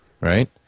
Right